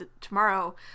Tomorrow